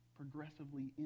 progressively